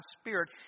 Spirit